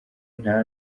nta